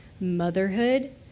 motherhood